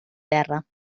terra